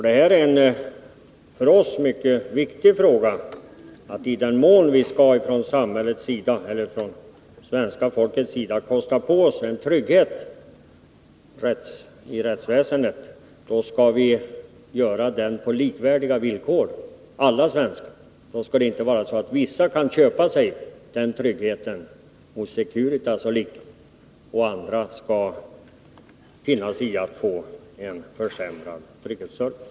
Det är en för oss mycket viktig fråga. Om svenska folket skall kosta på sig trygghet i rättsväsendet skall den vara likvärdig för alla svenskar. Det skall inte vara så att vissa kan köpa sig den tryggheten hos Securitas och liknande företag, medan andra får finna sig i att få en försämrad trygghetsservice.